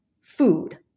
food